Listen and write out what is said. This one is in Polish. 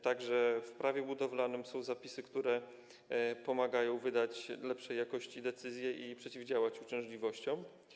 Także w Prawie budowlanym są zapisy, które pomagają wydać lepszej jakości decyzje i przeciwdziałać uciążliwościom.